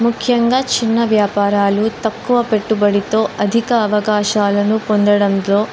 ముఖ్యంగా చిన్న వ్యాపారాలు తక్కువ పెట్టుబడితో అధిక అవకాశాలను పొందడంలో